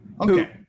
Okay